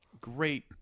Great